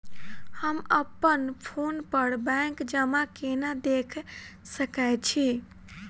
हम अप्पन फोन पर बैंक जमा केना देख सकै छी?